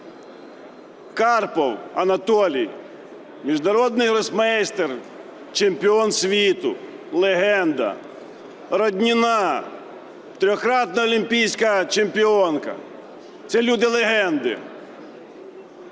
Карпов Анатолій – міжнародний гросмейстер, чемпіон світу, легенда. Родніна – трикратна олімпійська чемпіонка. Ці люди – легенди.